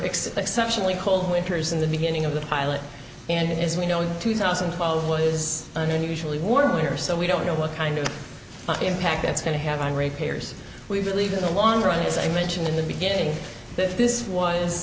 exceptionally cold winters in the beginning of the pilot and as we know in two thousand and twelve what is an unusually warm winter so we don't know what kind of impact that's going to have on rate payers we believe in the long run as i mentioned in the beginning that this was